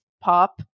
pop